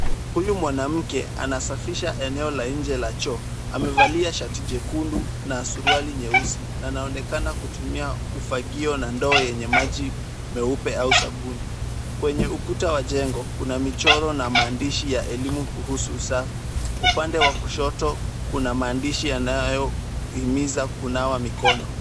Huyu mwanamke anasafisha eneo la nje la choo amevalia shati jekundu na suruali nyeusi na anaonekana kutumia ufagio na ndoo yenye maji meupe au sabuni. Kwenye ukuta wa jengo, kuna michoro na maandishi ya elimu kuhusu usafi. Upande wa kushoto kuna maandishi yanayohimiza kunawa mikono.